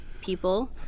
people